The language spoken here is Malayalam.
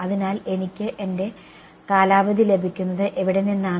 അതിനാൽ എനിക്ക് എന്റെ കാലാവധി ലഭിക്കുന്നത് അവിടെ നിന്നാണ്